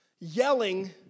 yelling